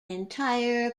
entire